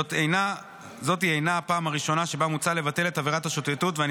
זאת אינה הפעם הראשונה שבה מוצע לבטל את עבירת השוטטות ואני